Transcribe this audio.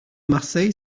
marseille